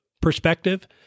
perspective